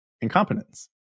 incompetence